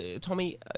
Tommy